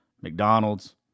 McDonald's